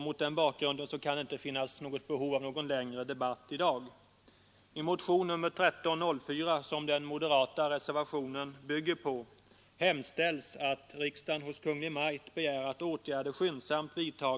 Mot den bakgrunden kan det inte finnas behov av någon längre debatt i dag.